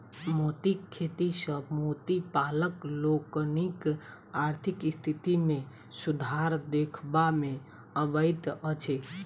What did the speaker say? मोतीक खेती सॅ मोती पालक लोकनिक आर्थिक स्थिति मे सुधार देखबा मे अबैत अछि